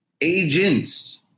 agents